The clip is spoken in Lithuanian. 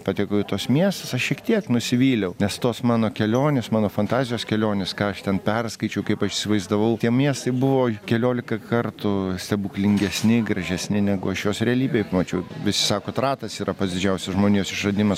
patekau į tuos miestus aš šiek tiek nusivyliau nes tos mano kelionės mano fantazijos kelionės ką aš ten perskaičiau kaip aš įsivaizdavau tie miestai buvo keliolika kartų stebuklingesni gražesni negu aš juos realybėj pamačiau visi sako kad ratas yra pats didžiausias žmonijos išradimas